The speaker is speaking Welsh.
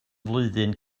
flwyddyn